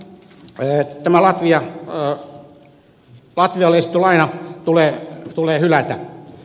näin ollen tämä latvialle esitetty laina tulee hylätä